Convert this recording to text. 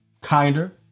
kinder